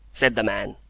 said the man,